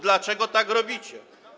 Dlaczego tak robicie?